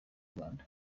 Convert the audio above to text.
rwanda